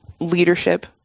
leadership